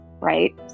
right